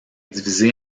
divisée